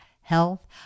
health